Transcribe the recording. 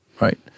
right